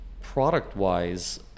product-wise